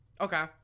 okay